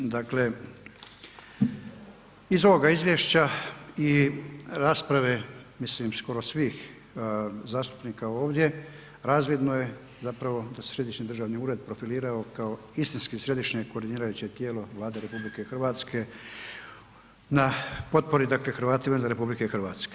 Dakle, iz ovoga izvješća i rasprave mislim skoro svih zastupnika ovdje razvidno je zapravo da se Središnji državni ured profilirao kao istinski središnje koordinirajuće tijelo Vlade RH na potpori dakle Hrvatima izvan RH.